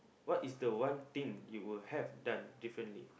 what is the one thing you would have done differently